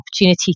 opportunity